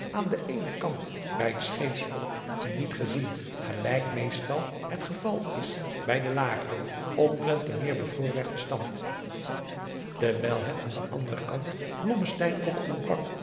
aan den eenen kant bij het scheepsvolk niet gezien gelijk meestal het geval is bij den lageren omtrent den meer bevoorregten stand terwijl het aan den anderen kant blommesteyn ook ontbrak